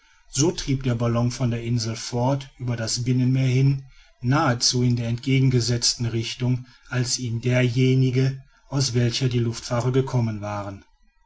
so trieb der ballon von der insel fort über das binnenmeer hin nahezu in der entgegengesetzten richtung als in derjenigen aus welcher die luftfahrer gekommen waren